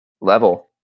level